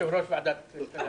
יושב-ראש ועדת הכלכלה.